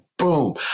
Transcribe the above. Boom